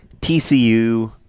TCU